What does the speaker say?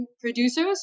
producers